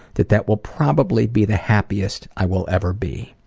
that that will probably be the happiest i will ever be.